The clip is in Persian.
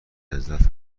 لذت